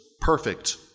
perfect